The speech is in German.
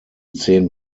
zehn